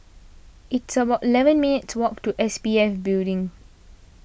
it's about eleven minutes' walk to S P F Building